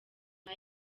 nka